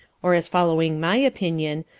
or as following my opinion,